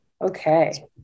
Okay